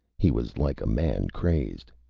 he was like a man crazed.